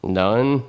none